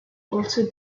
also